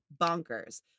bonkers